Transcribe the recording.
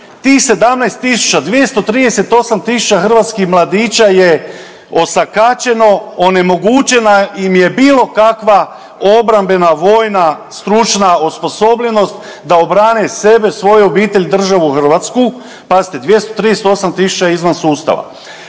Tih 17.000, 238.000 hrvatskih mladića je osakaćeno, onemogućena im je bilo kakva obrambena vojna stručna osposobljenost da obrane sebe, svoju obitelj, državu Hrvatsku. Pazite 238.000 je izvan sustava,